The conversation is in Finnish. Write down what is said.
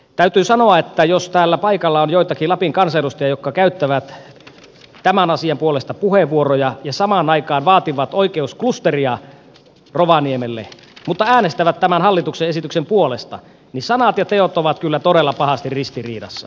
täytyy sanoa että jos täällä paikalla on joitakin lapin kansanedustajia jotka käyttävät tämän asian puolesta puheenvuoroja ja samaan aikaan vaativat oikeusklusteria rovaniemelle mutta äänestävät tämän hallituksen esityksen puolesta niin sanat ja teot ovat kyllä todella pahasti ristiriidassa